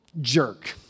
jerk